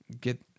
get